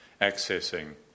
accessing